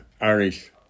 Irish